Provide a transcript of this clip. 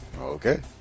Okay